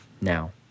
Now